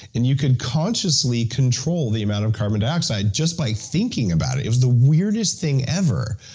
and you could consciously control the amount of carbon dioxide just by thinking about it. it was the weirdest thing ever.